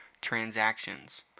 transactions